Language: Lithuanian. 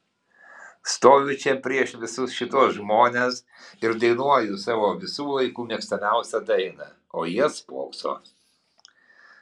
stoviu čia prieš visus šituos žmones ir dainuoju savo visų laikų mėgstamiausią dainą o jie spokso